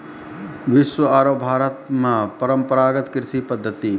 विश्व आरो भारत मॅ परंपरागत कृषि पद्धति